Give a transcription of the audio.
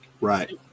Right